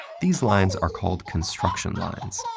these lines are called construction lines,